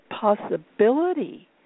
possibility